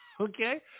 Okay